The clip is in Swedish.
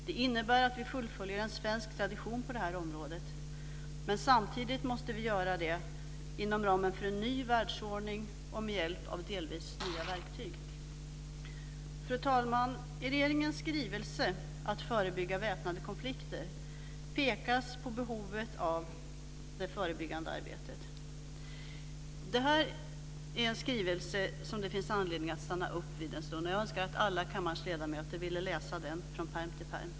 Det innebär att vi fullföljer en svensk tradition på detta område. Samtidigt måste vi göra det inom ramen för en ny världsordning och med hjälp av delvis nya verktyg. Fru talman! I regeringens skrivelse Att förebygga väpnade konflikter pekas på behovet av det förebyggande arbetet. Det här är en skrivelse som det finns anledning att stanna upp vid en stund. Jag önskar att kammarens alla ledamöter ville läsa den från pärm till pärm.